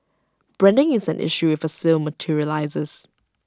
branding is an issue if A sale materialises